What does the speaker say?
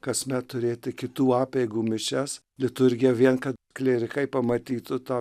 kasmet turėti kitų apeigų mišias liturgiją vien kad klierikai pamatytų tą